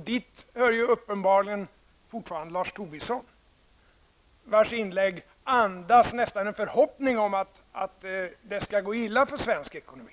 Dit hör uppenbarligen fortfarande Lars Tobisson, vars inlägg nästan andas en förhoppning om att det skall gå illa för svensk ekonomi.